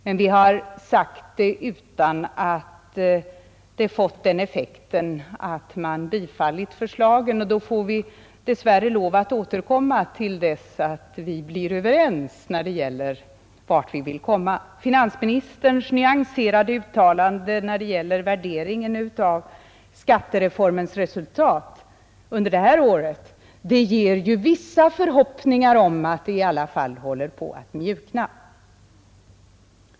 Men jag har sagt det utan att det har fått den effekten att man bifallit våra förslag, och då får vi dess värre lov att återkomma till dess vi blir överens om vart vi vill komma. Finansministerns nyanserade uttalande när det gäller värderingen av skattereformens resultat under detta år ger ju vissa förhoppningar om att det i alla fall håller på att mjukna.